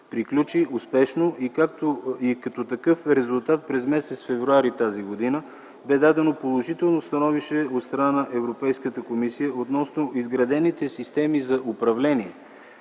приключи успешно и като такъв резултат през м. февруари т.г. бе дадено положително становище от страна на Европейската комисия относно изградените системи за управление.